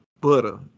butter